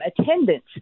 attendance